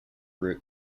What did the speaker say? root